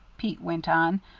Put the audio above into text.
pete went on,